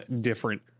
different